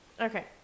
Okay